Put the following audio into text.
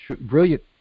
Brilliant